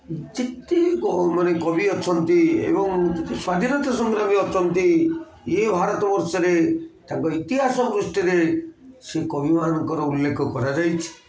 ଯେତେ ମାନେ କବି ଅଛନ୍ତି ଏବଂ ଯେତେ ସ୍ଵାଧୀନତା ସଂଗ୍ରାମୀ ଅଛନ୍ତି ଏ ଭାରତବର୍ଷରେ ତାଙ୍କ ଇତିହାସ ଦୃଷ୍ଟିରେ ସେ କବିମାନଙ୍କର ଉଲ୍ଲେଖ କରାଯାଇଛି